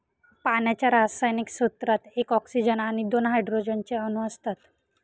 पाण्याच्या रासायनिक सूत्रात एक ऑक्सीजन आणि दोन हायड्रोजन चे अणु असतात